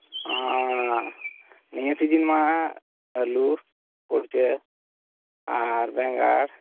ᱚᱻ ᱱᱤᱭᱟᱹ ᱥᱤᱡᱤᱱ ᱢᱟ ᱟᱹᱞᱩ ᱠᱩᱲᱪᱟᱹ ᱟᱨ ᱵᱮᱸᱜᱟᱲ